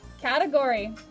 category